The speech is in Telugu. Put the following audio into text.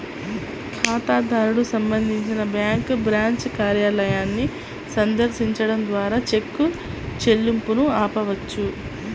ఖాతాదారుడు సంబంధించి బ్యాంకు బ్రాంచ్ కార్యాలయాన్ని సందర్శించడం ద్వారా చెక్ చెల్లింపును ఆపవచ్చు